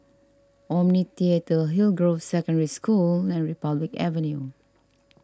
Omni theatre Hillgrove Secondary School and Republic Avenue